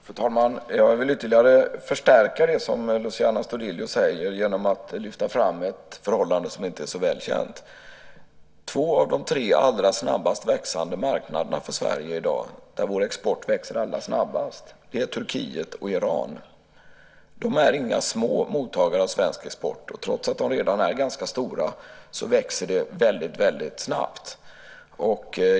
Fru talman! Jag vill ytterligare förstärka det som Luciano Astudillo säger genom att lyfta fram ett förhållande som inte är så väl känt. Två av de tre marknader där vår export växer allra snabbast är Turkiet och Iran. De är inga små mottagare av svensk export. Trots att de redan är ganska stora växer de väldigt, väldigt snabbt.